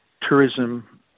tourism